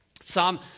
Psalm